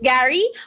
Gary